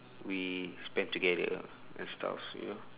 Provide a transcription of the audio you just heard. we spend together and stuff you know